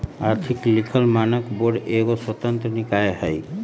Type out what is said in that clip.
आर्थिक लिखल मानक बोर्ड एगो स्वतंत्र निकाय हइ